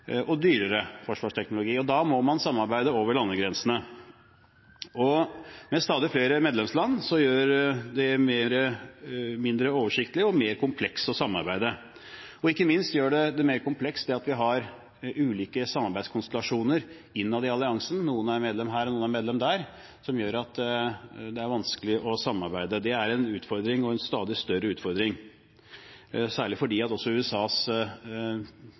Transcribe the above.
og dyrere forsvarsteknologi. Da må man samarbeide over landegrensene. Stadig flere medlemsland gjør det mindre oversiktlig og mer komplekst å samarbeide. Ikke minst gjør det det mer komplekst at vi har ulike samarbeidskonstellasjoner innad i alliansen – noen er medlem her, og noen er medlem der – som gjør at det er vanskelig å samarbeide. Det er en utfordring – og en stadig større utfordring – særlig fordi også